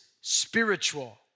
spiritual